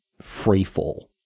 freefall